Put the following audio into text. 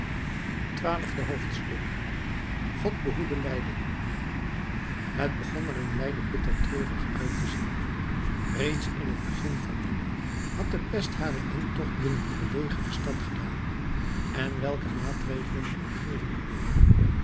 twaalfde hoofdstuk godt behoede leyden het begon er in leiden bitter treurig uit te zien reeds in het begin van juli had de pest haren intocht binnen de belegerde stad gedaan en welke maatregelen de regeering ook nam